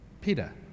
Peter